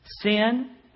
Sin